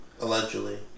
allegedly